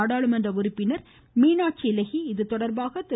நாடாளுமன்ற உறுப்பினர் மீனாட்சிலெஹி இதுதொடர்பாக திரு